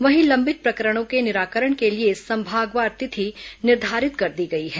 वहीं लंबित प्रकरणों के निराकरण के लिए संभागवार तिथि निर्धारित कर दी गई है